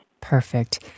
Perfect